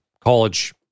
college